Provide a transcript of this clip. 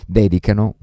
dedicano